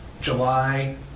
July